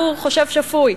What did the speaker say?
הוא חושב שפוי.